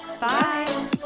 Bye